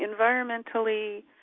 environmentally